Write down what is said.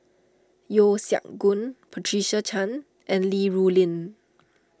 Yeo Siak Goon Patricia Chan and Li Rulin